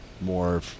more